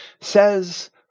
says